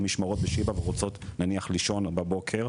משמרות בשיבא ורוצות נניח לישון בבוקר,